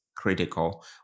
critical